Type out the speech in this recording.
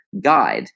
guide